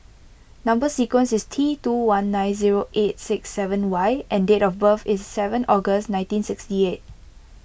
Number Sequence is T two one nine zero eight six seven Y and date of birth is seven August nineteen sixty eight